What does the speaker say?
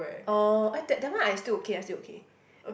orh eh that that one I still okay I still okay